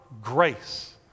grace